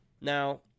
Now